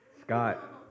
Scott